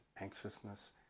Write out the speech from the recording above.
anxiousness